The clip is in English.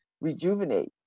rejuvenate